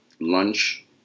lunch